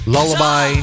Lullaby